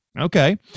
Okay